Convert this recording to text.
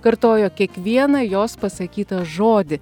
kartojo kiekvieną jos pasakytą žodį